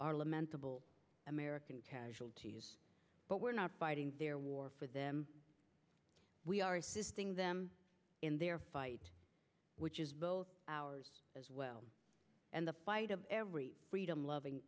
lamentable american casualties but we're not fighting a war for them we are assisting them in their fight which is both ours as well and the fight of every freedom loving